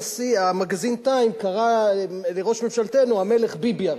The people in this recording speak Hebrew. המגזין "TIME" קרא לראש ממשלתנו "המלך ביבי הראשון".